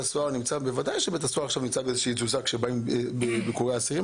בוודאי שבית הסוהר נמצא בתזוזה כשיש ביקורי אסירים.